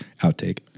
Outtake